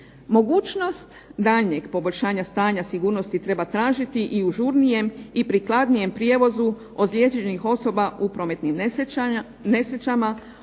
Mogućnost daljnjeg poboljšanja stanja sigurnosti treba tražiti i u žurnijem i prikladnijem prijevozu ozlijeđenih osoba u prometnim nesrećama,